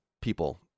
people